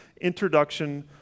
introduction